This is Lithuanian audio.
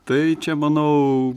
tai čia manau